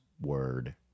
Word